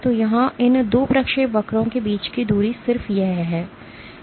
तो यहाँ इन 2 प्रक्षेपवक्रों के बीच की दूरी सिर्फ यह है